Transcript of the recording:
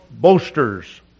boasters